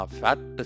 fat